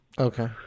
Okay